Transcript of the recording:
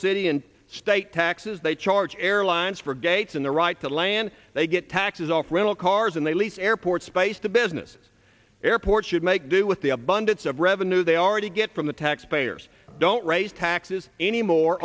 city and state taxes they charge airlines for gates in the right to land they get taxes off rental cars and they lease airport space to businesses airports should make do with the abundance of revenue they already get from the taxpayers don't raise taxes anymore